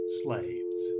slaves